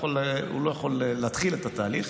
הוא לא יכול להתחיל את התהליך.